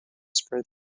spread